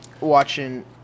watching